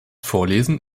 vorlesen